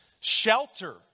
shelter